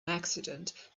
accident